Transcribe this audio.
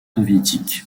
soviétique